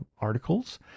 articles